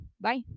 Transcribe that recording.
Bye